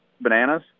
bananas